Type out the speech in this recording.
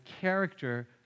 character